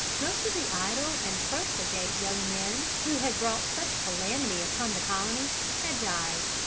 most of the idle and profligate young men who had brought such calamity upon the colony, had died.